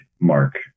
Mark